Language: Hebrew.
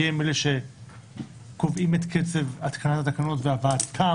כי הם אלה שקובעים את קצב התקנת התקנות והבאתן